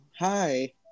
Hi